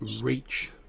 reach